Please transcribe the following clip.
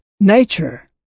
nature